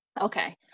Okay